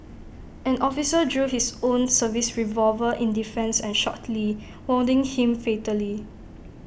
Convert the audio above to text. an officer drew his own service revolver in defence and shot lee wounding him fatally